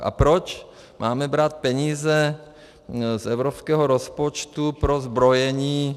A proč máme brát peníze z evropského rozpočtu pro zbrojení?